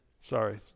Sorry